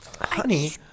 honey